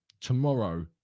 tomorrow